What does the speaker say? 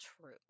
true